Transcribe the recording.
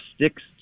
six